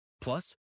Plus